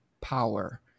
power